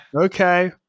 Okay